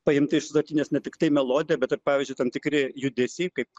paimta iš sutartinės ne tiktai melodija bet ir pavyzdžiui tam tikri judesiai kaip